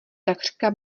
takřka